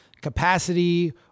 capacity